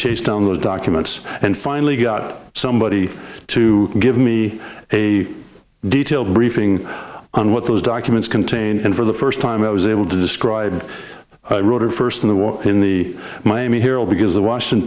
chase down the documents and finally got somebody to give me a detailed briefing on what those documents contain and for the first time i was able to describe it first in the war in the miami herald because the washington